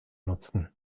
nutzen